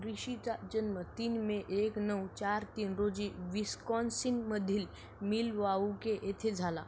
रिषीचा जन्म तीन मे एक नऊ चार तीन रोजी विस्कॉन्सिनमधील मिलवाहुके येथे झाला